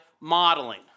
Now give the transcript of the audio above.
modeling